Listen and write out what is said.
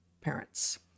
parents